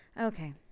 Okay